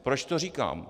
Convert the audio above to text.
Proč to říkám?